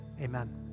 Amen